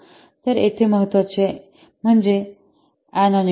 तर येथे महत्वाचे म्हणजे अनॉनिमिटी